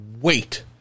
wait